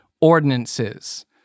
ordinances